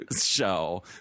show